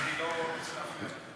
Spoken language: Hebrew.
אני לא אפריע לך.